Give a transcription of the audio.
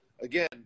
again